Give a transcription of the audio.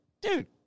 dude